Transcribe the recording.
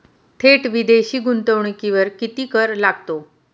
थेट विदेशी गुंतवणुकीवर किती कर लागतो?